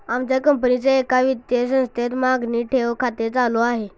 आमच्या कंपनीचे एका वित्तीय संस्थेत मागणी ठेव खाते चालू आहे